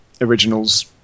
original's